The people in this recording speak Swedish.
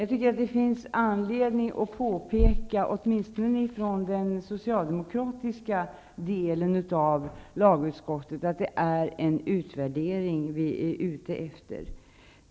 Jag tycker det finns anledning att påpeka, åtminstone från den socialdemokratiska delen av lagutskottet, att det är en utvärdering vi är ute efter.